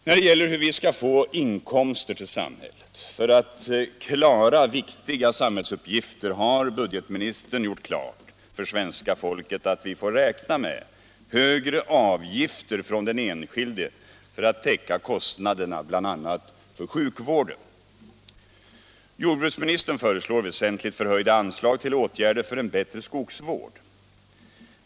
När det gäller hur vi skall få inkomster för att klara viktiga samhällsuppgifter har budgetministern gjort klart för svenska folket att vi får räkna med högre avgifter från den enskilde för att täcka kostnaderna för bl.a. sjukvården. Jordbruksministern föreslår väsentligt höjda anslag till åtgärder för en bättre skogsvård.